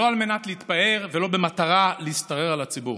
לא על מנת להתפאר ולא במטרה להשתרר על הציבור.